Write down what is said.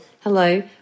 Hello